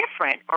different